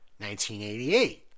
1988